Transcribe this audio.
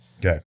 Okay